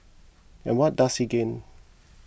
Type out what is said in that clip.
and what does he gain